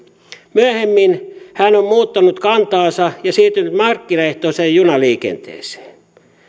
myöhemmin hän on muuttanut kantaansa ja siirtynyt markkinaehtoiseen junaliikenteeseen